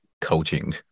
coaching